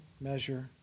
measure